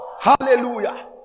hallelujah